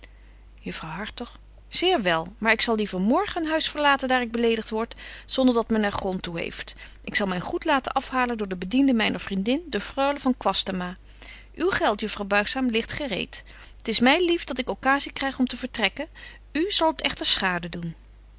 juffrouw hartog zeer wél maar ik zal liever morgen een huis verlaten daar ik beledigt word zonder dat men er grond toe heeft ik zal myn goed laten afhalen door de bedienden myner vriendin de freule van kwastama uw geld juffrouw buigzaam ligt gereed t is my lief dat ik occasie kryg om te vertrekken u zal t echter schade doen